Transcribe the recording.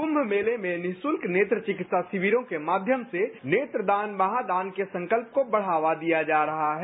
कम मेले में निशल्क नेत्र चिकित्सा शिविरों के माध्यम से नेत्रदान महादान के संकल्प को बढावा दिया जा रहा है